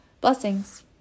Blessings